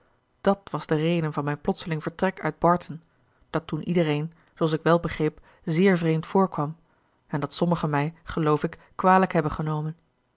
dat was de reden van mijn plotseling vertrek uit barton dat toen iedereen zooals ik wel begreep zeer vreemd voorkwam en dat sommigen mij geloof ik kwalijk hebben genomen